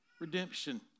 redemption